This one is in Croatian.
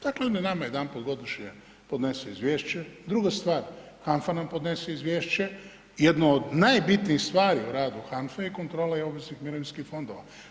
Dakle, oni nama jedanput godišnje podnese izvješće, druga stvar, HANFA nam podnese izvješće, jedna od najbitnijih stvari o radu HANFA-e je kontrola i obveznih mirovinskih fondova.